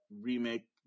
remake